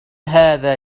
هذا